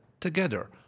together